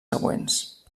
següents